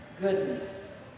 goodness